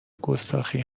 گستاخی